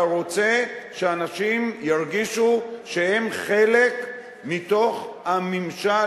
אתה רוצה שאנשים ירגישו שהם חלק מתוך הממשל,